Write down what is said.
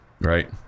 right